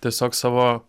tiesiog savo